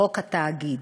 חוק התאגיד.